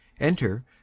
enter